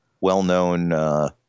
well-known